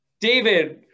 David